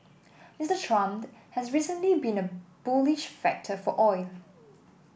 Mister Trump has recently been a bullish factor for oil